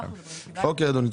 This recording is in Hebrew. אוקיי, אדוני.